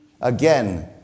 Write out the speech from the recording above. Again